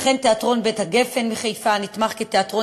וכן תיאטרון "בית הגפן" מחיפה הנתמך כתיאטרון